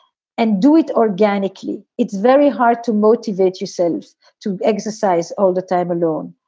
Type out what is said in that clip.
and do it organically. it's very hard to motivate yourselves to exercise all the time alone.